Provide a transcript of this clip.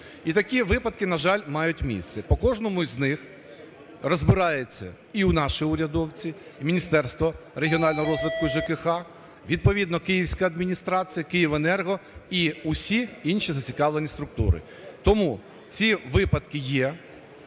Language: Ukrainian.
І такі випадки, на жаль, мають місце. По кожному з них розбираються і наші урядовці, Міністерство регіонального розвитку ЖКГ, відповідно, київська адміністрація, "Київенерго" і усі інші зацікавлені структури. Тому ці випадки є.